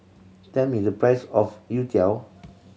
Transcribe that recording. tell me the price of youtiao